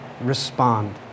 respond